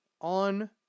on